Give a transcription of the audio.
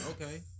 Okay